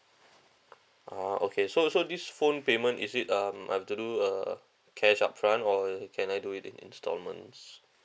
ah okay so so this phone payment is it um I've to do uh cash upfront or can I do it in instalments